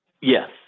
Yes